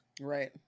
Right